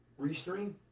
restream